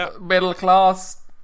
Middle-class